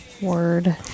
Word